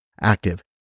active